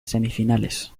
semifinales